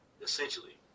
essentially